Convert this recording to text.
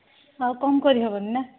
ଆଉ କମ୍ କରିହବନି ନା